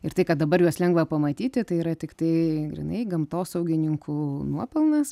ir tai kad dabar juos lengva pamatyti tai yra tiktai grynai gamtosaugininkų nuopelnas